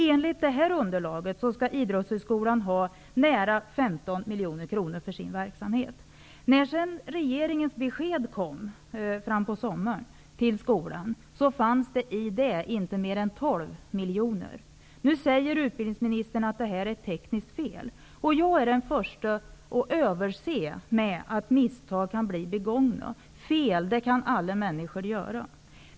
Enligt detta underlag skall 15 miljoner kronor. När regeringen i början av sommaren gav skolan besked visade sig anslaget vara endast 12 miljoner. Utbildningsministern talar nu om att detta är ett tekniskt fel. Jag är den första att överse med att misstag kan begås -- fel kan alla människor göra.